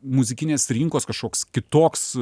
muzikinės rinkos kažkoks kitoks